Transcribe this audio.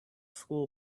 school